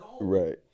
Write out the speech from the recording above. right